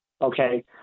Okay